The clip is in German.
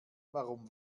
warum